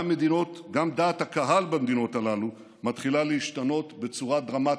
גם דעת הקהל במדינות הללו מתחילה להשתנות בצורה דרמטית.